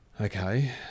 okay